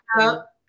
up